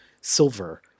Silver